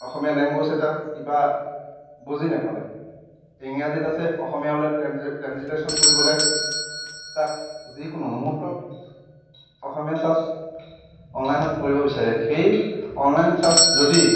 অসমীয়া language এটা কিবা বুজি নেপালে ইংৰাজীত আছে অসমীয়া বোলে ট্ৰেন্সলেশ্যন কৰিবলৈ তাক যিকোনো মুহূৰ্তত অসমীয়াত চাৰ্চ অনলাইনত কৰিব বিচাৰে সেই অনলাইন চাৰ্চ যদি